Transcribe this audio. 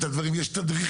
אז זה ככה ברמה גדולה.